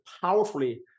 powerfully